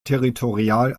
territorial